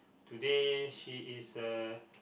today she is a